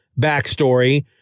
backstory